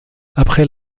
après